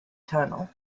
tunnel